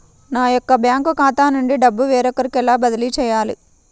నా యొక్క బ్యాంకు ఖాతా నుండి డబ్బు వేరొకరికి ఎలా బదిలీ చేయాలి?